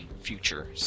future